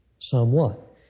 somewhat